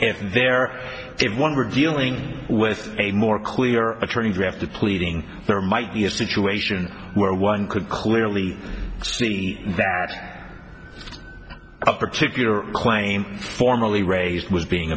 were dealing with a more clear attorney drafted pleading there might be a situation where one could clearly see that a particular claim formally raised was being